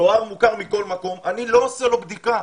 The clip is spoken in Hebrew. תואר מוכר מכל מקום, אני לא עושה לו בדיקה.